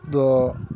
ᱫᱚ